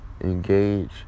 engage